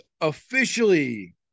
officially